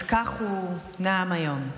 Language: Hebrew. אז כך הוא נאם היום: